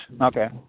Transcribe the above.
Okay